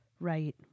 right